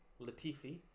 Latifi